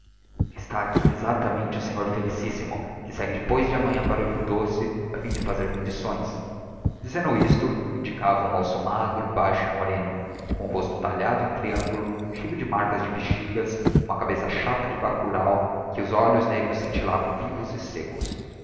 está aqui exactamente o sr felicíssimo que segue depois de anianhã para o rio doce a fim de fazer as medições dizendo isto indicava um moço magro baixo c moreno com o rosto talhado em triangulo cheio de marcas de bexigas uma chata cabeça de bacuráo em que os olhos negros scintillavam vivos e seccos